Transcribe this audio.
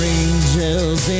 angels